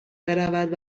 برود